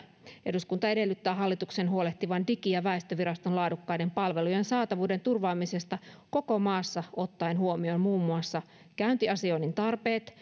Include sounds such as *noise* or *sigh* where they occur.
eduskunta edellyttää hallituksen huolehtivan digi ja väestötietoviraston laadukkaiden palvelujen saatavuuden turvaamisesta koko maassa ottaen huomioon muun muassa käyntiasioinnin tarpeet *unintelligible*